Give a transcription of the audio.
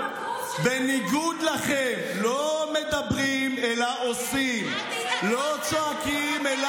לראש הממשלה היקר בנימין נתניהו ולשר המשפטים היקר יריב לוין,